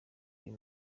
uyu